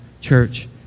Church